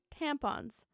tampons